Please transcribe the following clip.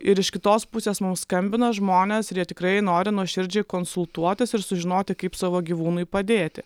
ir iš kitos pusės mums skambina žmonės ir jie tikrai nori nuoširdžiai konsultuotis ir sužinoti kaip savo gyvūnui padėti